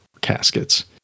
caskets